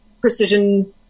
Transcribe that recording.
precision